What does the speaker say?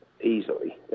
easily